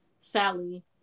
Sally